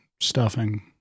stuffing